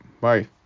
bye